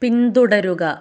പിന്തുടരുക